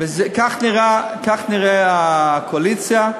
כך נראית הקואליציה.